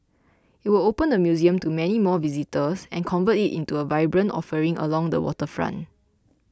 it would open the museum to many more visitors and convert it into a vibrant offering along the waterfront